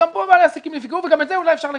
גם כאן בעלי העסקים נפגעו וגם את זה אולי אפשר לכמת.